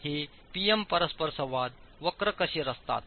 हे P M परस्परसंवाद वक्र कसे रचतात